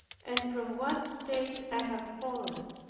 and from what state i have fallen.